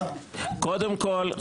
קודם כל,